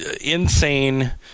insane